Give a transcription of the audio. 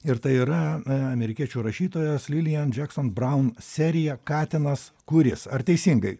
ir tai yra amerikiečių rašytojos lilian jackson braun serija katinas kuris ar teisingai